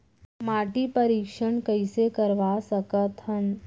माटी परीक्षण कइसे करवा सकत हन?